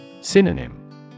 Synonym